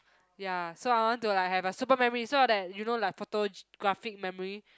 ya so I want to like have a super memory so that you know like photographic memory